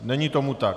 Není tomu tak.